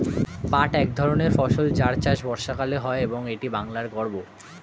পাট এক ধরনের ফসল যার চাষ বর্ষাকালে হয় এবং এটি বাংলার গর্ব